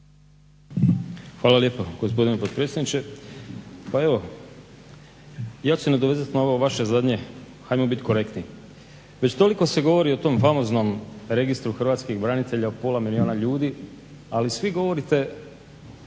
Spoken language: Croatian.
Hvala lijepa gospodine potpredsjedniče. Pa evo ja ću se nadovezati na ovo vaše zadnje ajmo biti korektni. Već toliko se govori o tom famoznom Registru hrvatskih branitelja od pola milijuna ljudi, ali svi govorite